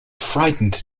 frightened